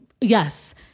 yes